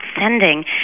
sending